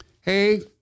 Hey